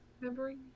remembering